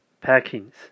packings